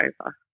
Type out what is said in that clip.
over